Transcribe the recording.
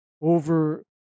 over